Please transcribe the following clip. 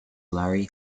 larry